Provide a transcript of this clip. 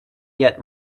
yet